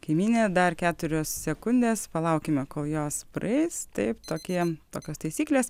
kaimynė dar keturios sekundės palaukime kol jos praeis taip tokiem tokios taisyklės